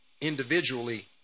individually